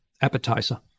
appetizer